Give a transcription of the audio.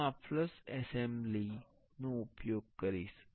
હું આ flush assembly નો ઉપયોગ કરીશ